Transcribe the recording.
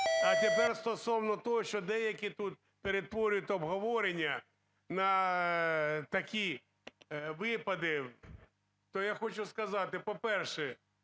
А тепер стосовно того, що деякі тут перетворюють обговорення на такі випади, то я хочу сказати, по-перше,